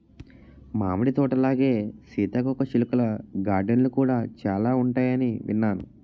మామిడి తోటలాగే సీతాకోకచిలుకల గార్డెన్లు కూడా చాలా ఉంటాయని విన్నాను